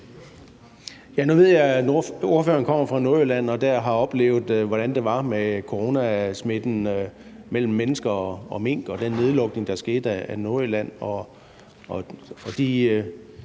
Nu ved jeg, at ordføreren fra kommer fra Nordjylland og dér har oplevet, hvordan det var med coronasmitten mellem mennesker og mink, og den nedlukning, der skete, af Nordjylland og de